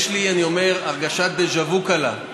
יש לי הרגשת דז'ה וו קלה, אני